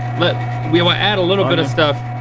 but we will add a little bit of stuff.